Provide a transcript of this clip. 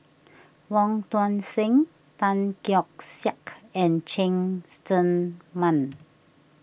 Wong Tuang Seng Tan Keong Saik and Cheng Tsang Man